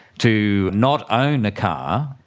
to not own a car,